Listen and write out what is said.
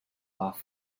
off